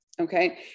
okay